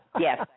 Yes